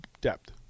depth